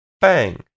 bang